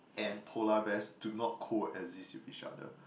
and polar bears do not coexist with each other